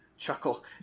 Chuckle